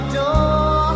door